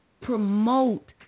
promote